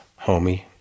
homie